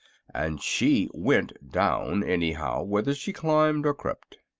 and she went down, anyhow, whether she climbed or crept.